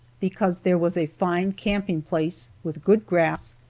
because there was a fine camping place, with good grass,